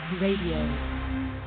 Radio